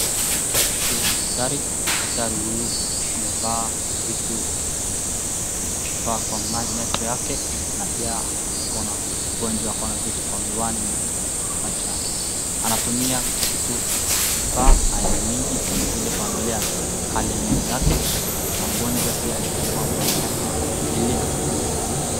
Daktari huyu amevaa vitu vifaa kwa macho yake na pia ako na mgonjwa vitu miwani kwa macho yake, anatumia kitu vifaa aina mingi kama vile kuangalia hali ya meno yake na mgonjwa pia amefungua mdomo yake ili atibiwe.